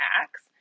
Acts